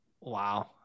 Wow